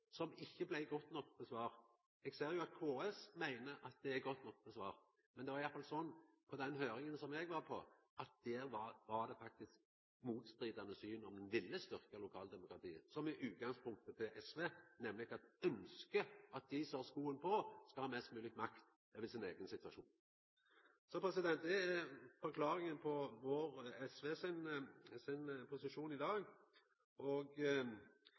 som det ikkje blei godt nok svart på. Eg ser at KS meiner at det er godt nok svart på. Men det var i alle fall sånn i den høyringa eg var på, at det var faktisk motstridande syn på om det ville styrkja lokaldemokratiet. Utgangspunktet til SV var nemleg at me ønskte at dei som har skoa på, skal ha mest mogleg makt over sin eigen situasjon. Det er forklaringa på posisjonen til SV i dag. Til slutt kan eg seia at ein kan òg problematisera dette med nasjonalt, lokalt og